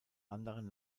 anderen